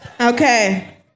Okay